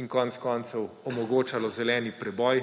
in konec koncev omogočalo zeleni preboj,